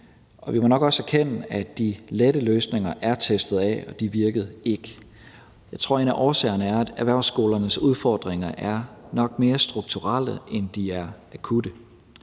vi må nok også erkende, at de lette løsninger er testet af, og de virkede ikke. Jeg tror, en af årsagerne er, at erhvervsskolernes udfordringer nok er mere strukturelle, end de er akutte.